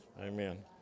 Amen